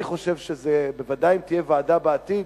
אני חושב שבוודאי, אם תהיה ועדה בעתיד,